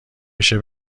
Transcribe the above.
بشه